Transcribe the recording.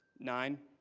nine